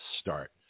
start